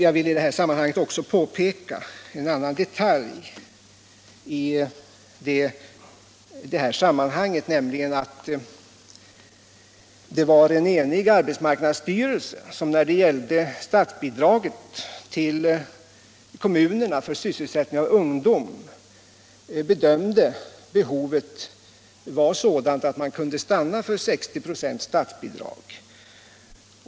Jag vill i detta sammanhang också peka på en annan detalj, nämligen att det var en enig arbetsmarknadsstyrelse som beträffande statsbidraget till kommunerna för sysselsättning av ungdom bedömde behovet vara sådant att man kunde stanna vid 60 96.